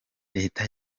leta